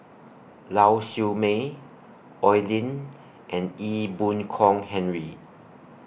Lau Siew Mei Oi Lin and Ee Boon Kong Henry